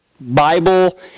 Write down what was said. Bible